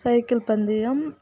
cycle பந்தயம்